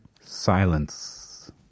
silence